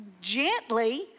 gently